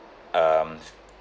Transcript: um